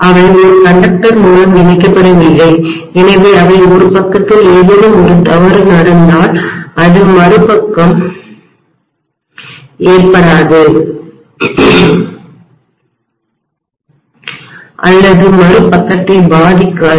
அவை ஒரு கண்டக்டர் மூலம் இணைக்கப்படவில்லை எனவே ஒரு பக்கத்தில் ஏதேனும் தவறு நடந்தால் அதுமறுபக்கத்ல் ஏற்படாது அல்லது அது மறுபக்கத்தை பாதிக்காது